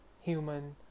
human